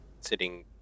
sitting